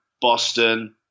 Boston